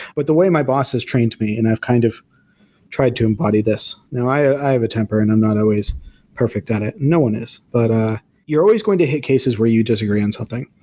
but the way my boss has trained me and i've kind of tried to embody this, now i have a temper and i'm not always perfect at it. no one is, but you're always going to hit cases where you disagree on something.